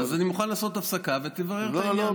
אז אני מוכן לעשות הפסקה ותברר את העניין.